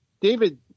David